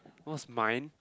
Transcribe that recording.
it was mine